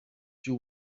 you